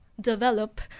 develop